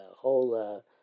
whole